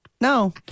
No